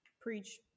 preach